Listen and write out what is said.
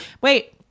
Wait